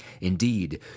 Indeed